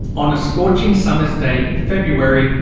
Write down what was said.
on a scorching summer's day in february,